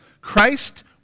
christ